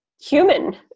human